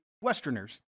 Westerners